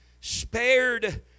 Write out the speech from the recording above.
spared